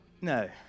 No